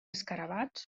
escarabats